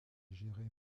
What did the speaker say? gérée